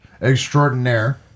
extraordinaire